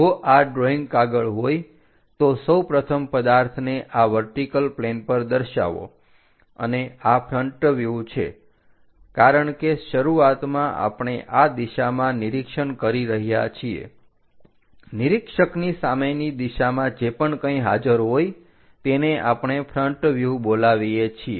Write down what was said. જો આ ડ્રોઇંગ કાગળ હોય તો સૌપ્રથમ પદાર્થને આ વર્ટિકલ પ્લેન પર દર્શાવો અને આ ફ્રન્ટ વ્યુહ છે કારણ કે શરૂઆતમાં આપણે આ દિશામાં નિરીક્ષણ કરી રહ્યા છીએ નિરીક્ષકની સામેની દિશામાં જે પણ કંઇ હાજર હોય તેને આપણે ફ્રન્ટ વ્યુહ બોલાવીએ છીએ